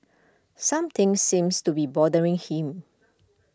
something seems to be bothering him